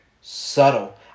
Subtle